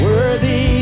Worthy